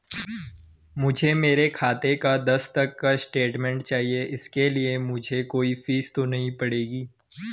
मुझे मेरे खाते का दस तक का स्टेटमेंट चाहिए इसके लिए मुझे कोई फीस तो नहीं पड़ेगी?